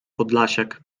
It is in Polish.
podlasiak